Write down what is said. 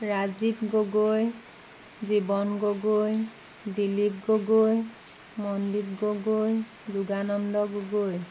Rajiv Gogoi Jiban Gogoi Dilip Gogoi Mandeep Gogoi Jogananda Gogoi